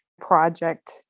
project